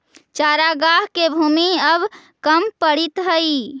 चरागाह के भूमि अब कम पड़ीत हइ